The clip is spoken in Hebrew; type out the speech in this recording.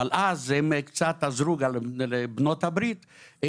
אבל אז הם קצת עזרו גם לבנות הברית אז